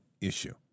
issue